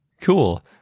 cool